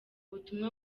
butumwa